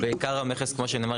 --- המכס כמו שנאמר,